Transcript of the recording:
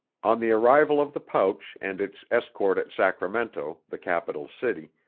on the arrival of the pouch and its escort at sacramento, the capital city,